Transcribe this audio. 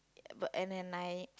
yeah but and and I